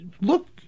look